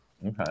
Okay